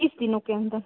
तीस दिनों के अन्दर